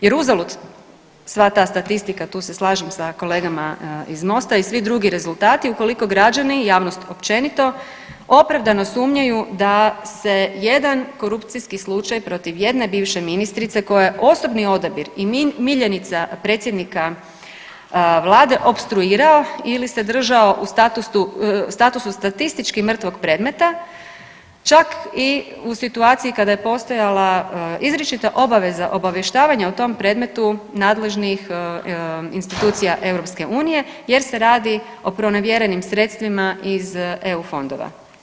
Jer uzalud sva ta statistika tu se slažem sa kolegama iz MOST-a i svi drugi rezultati ukoliko građani, javnost općenito opravdano sumnjaju da se jedan korupcijski slučaj protiv jedne bivše ministrice koja je osobni odabir i miljenica predsjednika Vlade opstruirao ili se držao u statusu statistički mrtvog predmeta čak i u situaciji kada je postojala izričita obaveza obavještavanja o tom predmetu nadležnih institucija EU, jer se radi o pronevjerenim sredstvima iz EU fondova.